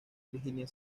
virginia